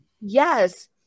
Yes